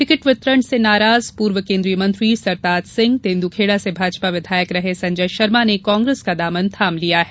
ticket वितरण से नाराज पूर्व केंद्रीय मंत्री सरताज सिंह तेन्द्रखेड़ा से भाजपा विधायक रहे संजय शर्मा ने कांग्रेस का दामन थाम लिया है